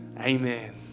Amen